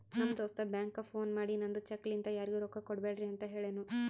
ನಮ್ ದೋಸ್ತ ಬ್ಯಾಂಕ್ಗ ಫೋನ್ ಮಾಡಿ ನಂದ್ ಚೆಕ್ ಲಿಂತಾ ಯಾರಿಗೂ ರೊಕ್ಕಾ ಕೊಡ್ಬ್ಯಾಡ್ರಿ ಅಂತ್ ಹೆಳುನೂ